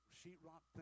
sheetrock